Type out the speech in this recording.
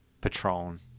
Patron